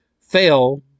Fail